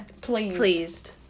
Pleased